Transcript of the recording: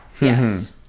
Yes